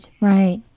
right